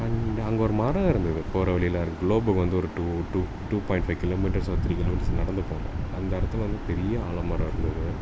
and அங்கே ஒரு மரம் இருந்தது போகிற வழில க்ளோப்புக்கு வந்து ஒரு two to two point five kilometres or three kilometres நடந்து போனோம் அந்த இடத்துல வந்து பெரிய ஆலமரம் இருந்தது